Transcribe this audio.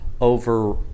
over